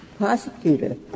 prosecutor